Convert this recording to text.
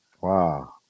Wow